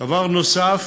דבר נוסף,